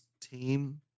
team